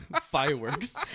fireworks